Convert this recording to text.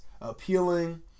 appealing